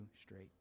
straight